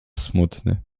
smutny